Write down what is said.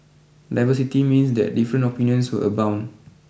diversity means that different opinions will abound